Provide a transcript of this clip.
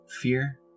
fear